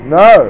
no